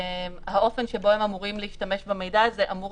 והאופן שבו הם אמורים להשתמש במידע הזה אמור